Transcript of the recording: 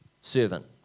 servant